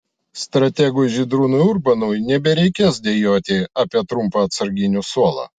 strategui žydrūnui urbonui nebereikės dejuoti apie trumpą atsarginių suolą